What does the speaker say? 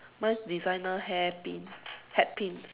mine is designer hair pin hat pin